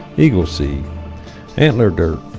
eagle seed antler dirt